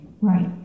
Right